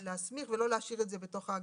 להסמיך ולא להשאיר את זה בתוך ההגדרה.